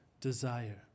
desire